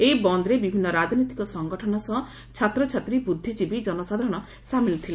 ଏହି ବନ୍ଦ୍ରେ ବିଭିନ୍ନ ରାଜନୈତିକ ସଙ୍ଗଠନ ସହ ଛାତ୍ରଛାତ୍ରୀ ବୁଦ୍ଧିଜୀବୀ ଜନସାଧାରଣ ମଧ୍ଧ ସାମିଲ୍ ଥିଲେ